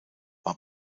war